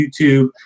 YouTube